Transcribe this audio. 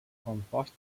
compost